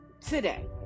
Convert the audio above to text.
today